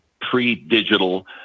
pre-digital